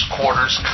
Quarters